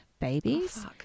babies